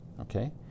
okay